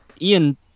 Ian